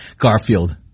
Garfield